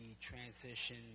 transition